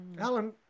Alan